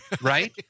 right